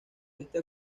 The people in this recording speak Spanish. este